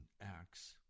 Acts